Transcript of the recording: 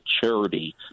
charity